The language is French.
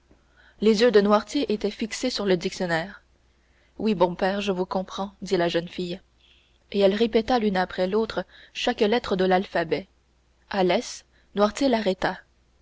les yeux de noirtier étaient fixés sur le dictionnaire oui bon père je vous comprends dit la jeune fille et elle répéta l'une après l'autre chaque lettre de l'alphabet à l's noirtier l'arrêta